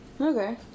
Okay